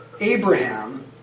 Abraham